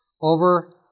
over